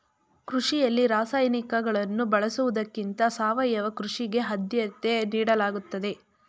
ಕೃಷಿಯಲ್ಲಿ ರಾಸಾಯನಿಕಗಳನ್ನು ಬಳಸುವುದಕ್ಕಿಂತ ಸಾವಯವ ಕೃಷಿಗೆ ಆದ್ಯತೆ ನೀಡಲಾಗುತ್ತದೆ